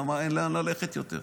למה אין לאן ללכת יותר.